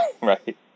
right